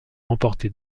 remporté